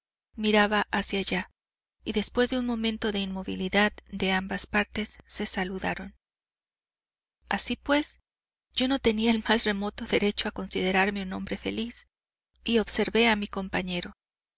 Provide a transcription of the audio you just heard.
miraba hacia allá y después de un momento de inmovilidad de ambas partes se saludaron así pues yo no tenía el más remoto derecho a considerarme un hombre feliz y observé a mi compañero